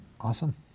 Awesome